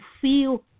feel